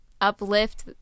uplift